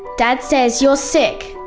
dad says you're sick.